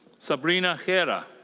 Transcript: sabrina khera.